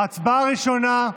ההצבעה הראשונה,